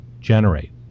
generate